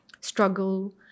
struggle